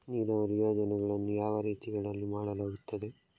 ನೀರಾವರಿ ಯೋಜನೆಗಳನ್ನು ಯಾವ ರೀತಿಗಳಲ್ಲಿ ಮಾಡಲಾಗುತ್ತದೆ?